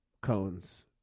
Cones